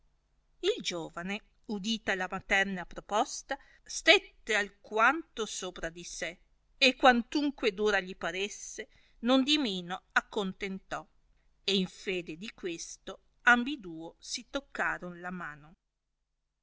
il giovane udita la materna proposta stette alquanto sopra di sé e quantunque dura gli paresse nondimeno accontentò e in fede di questo ambiduo si toccaron la mano